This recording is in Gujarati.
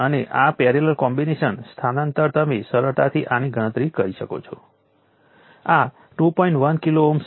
અલબત્ત અમને ICVdVdtઆપવા માટે આપણે આ કરંટને આ એક્સપ્રેશનમાં બદલવો પડશે